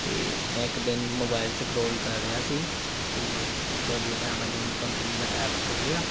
ਅਤੇ ਮੈਂ ਇੱਕ ਦਿਨ ਮੋਬਾਇਲ ਸਕਰੋਲ ਕਰ ਰਿਹਾ ਸੀ ਅਤੇ ਤੁਹਾਡੀ ਐਮਾਜੋਨ ਕੰਪਨੀ ਦਾ ਐਪ ਖੋਲ੍ਹਿਆ